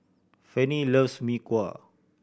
Fanny loves Mee Kuah